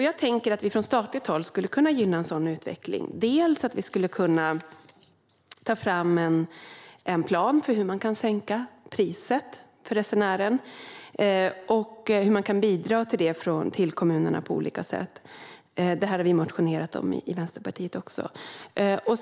Jag tänker att vi från statligt håll skulle kunna gynna en sådan utveckling. Vi skulle kunna ta fram en plan, dels för hur man kan sänka priset för resenären, dels för hur man kan bidra till det till kommunerna på olika sätt. Detta har vi i Vänsterpartiet motionerat om.